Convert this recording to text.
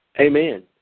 Amen